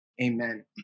Amen